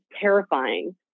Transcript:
terrifying